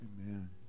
Amen